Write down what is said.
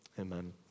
Amen